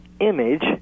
image